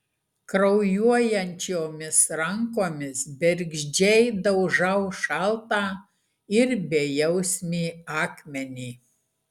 kraujuojančiomis rankomis bergždžiai daužau šaltą ir bejausmį akmenį